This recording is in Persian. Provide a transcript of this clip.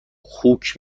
خوک